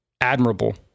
admirable